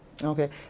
Okay